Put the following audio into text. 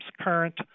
current